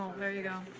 oh, there you go.